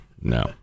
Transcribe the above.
no